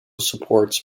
supports